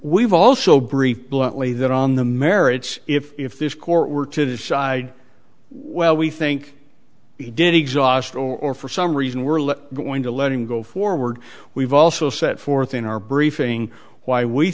we've also briefed bluntly that on the merits if this court were to decide well we think he did exhaust or for some reason we're let we're going to let him go forward we've also set forth in our briefing why we